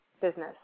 business